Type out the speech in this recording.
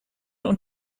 und